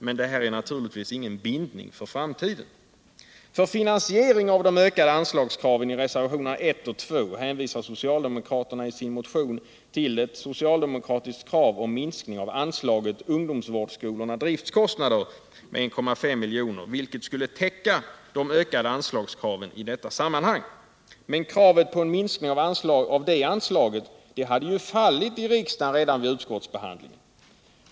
Men det här är naturligtvis ingen bindning för framtiden. För finansiering av de ökade anslagskraven i reservationerna 1 och 2 hänvisar socialdemokraterna i sin motion till ett socialdemokratiskt krav på minskning av anslaget Ungdomsvårdsskolorna: Driftkostnader med 1,5 miljoner, vilket skulle täcka de ökade anslagskraven i detta sammanhang. Men kravet på en minskning av det anslaget hade fallit i riksdagen redan vid utskottsbehandlingen.